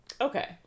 Okay